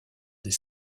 des